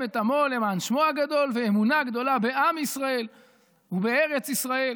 את עמו למען שמו הגדול ואמונה גדולה בעם ישראל ובארץ ישראל